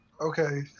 Okay